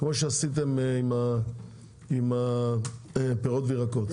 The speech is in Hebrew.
כמו שעשיתם עם הפירות והירקות.